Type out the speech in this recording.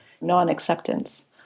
non-acceptance